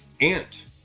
ant